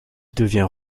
devient